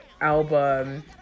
album